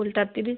ଫୁଲ୍ଟା ତିରିଶ୍